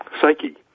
psyche